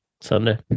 Sunday